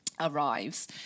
arrives